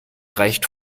reicht